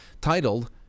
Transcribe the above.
Titled